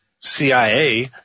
CIA